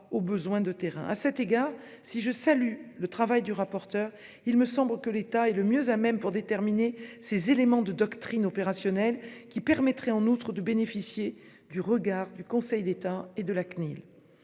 À cet égard, si je salue le travail du rapporteur, il me semble que l'État est le mieux à même de déterminer les éléments de doctrine opérationnelle, ce qui permettrait en outre de bénéficier du regard du Conseil d'État et de la Cnil.